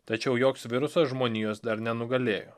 tačiau joks virusas žmonijos dar nenugalėjo